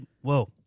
Whoa